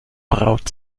braut